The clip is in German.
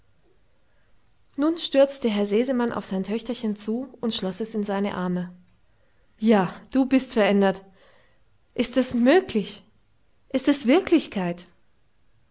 nun stürzte herr sesemann auf sein töchterchen zu und schloß es in seine arme ja du bist verändert ist es möglich ist es wirklichkeit